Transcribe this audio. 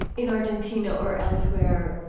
in argentina or elsewhere,